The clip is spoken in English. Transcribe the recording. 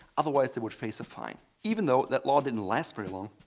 otherwise, they would face a fine. even though that law didn't last very long,